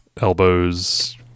elbows